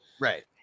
Right